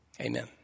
Amen